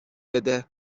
بده